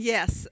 Yes